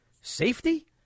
safety